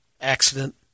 accident